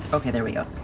okay, there we go.